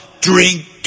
Drink